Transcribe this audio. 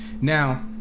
Now